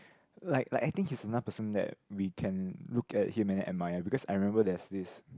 like like I think he's not person that we can look at him and then admire because I remember there's this